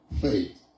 faith